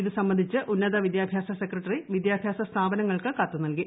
ഇത് സംബന്ധിച്ച് ഉന്നത വിദ്യാഭ്യാസ സെക്രട്ടറി വിദ്യാഭ്യാസ സ്ഥാപനങ്ങൾക്ക് കത്ത് നൽകി